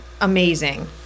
amazing